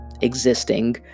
existing